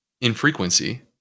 infrequency